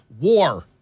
war